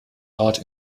art